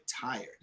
tired